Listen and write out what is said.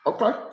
Okay